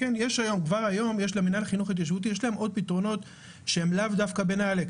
כבר היום יש למנהל חינוך התיישבותי עוד פתרונות שהם לאו דווקא בנעל"ה,